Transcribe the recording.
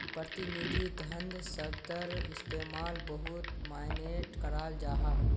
प्रतिनिधि धन शब्दर इस्तेमाल बहुत माय्नेट कराल जाहा